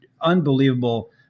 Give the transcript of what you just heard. unbelievable